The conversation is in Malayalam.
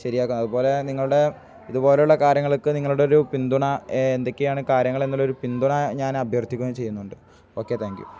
ശരിയാക്കും അതുപോലെ നിങ്ങളുടെ ഇതുപോലെയുള്ള കാര്യങ്ങൾക്ക് നിങ്ങളുടെ ഒരു പിന്തുണ എന്തൊക്കെയാണ് കാര്യങ്ങൾ എന്നുള്ള ഒരു പിന്തുണ ഞാൻ അഭ്യർത്ഥിക്കുകയും ചെയ്യുന്നുണ്ട് ഓക്കെ താങ്ക് യു